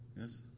Yes